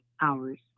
hours